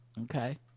okay